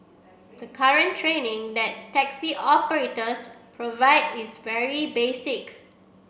the current training that taxi operators provide is very basic